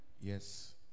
Yes